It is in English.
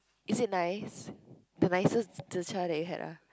is it nice the nicest zi char that you had ah